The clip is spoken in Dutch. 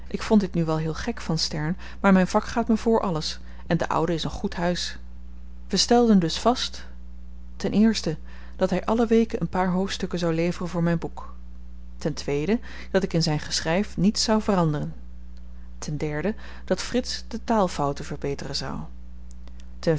ik vond dit nu wel heel gek van stern maar myn vak gaat me vr alles en de oude is een goed huis we stelden dus vast dat hy alle weken een paar hoofdstukken zou leveren voor myn boek dat ik in zyn geschryf niets zou veranderen dat frits de taalfouten verbeteren zou